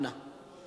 אתה